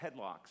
headlocks